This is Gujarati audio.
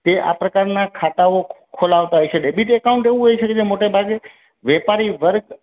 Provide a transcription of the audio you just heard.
તે આ પ્રકારનાં ખાતાઓ ખોલાવતાં હોય છે ડેબિટ એકાઉન્ટ એવું હોય છે જે મોટા ભાગે વેપારી વર્ગ